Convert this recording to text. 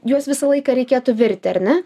juos visą laiką reikėtų virti ar ne